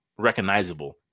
recognizable